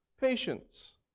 patience